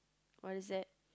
what is that